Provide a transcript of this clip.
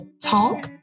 talk